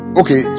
okay